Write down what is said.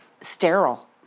sterile